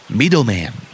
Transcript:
middleman